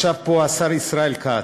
ישב פה השר ישראל כץ,